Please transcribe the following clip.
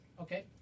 Okay